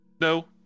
No